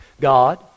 God